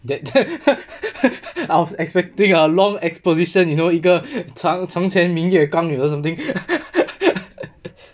I was expecting a long exposition you know 一个长从前明月光 you know something